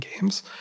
games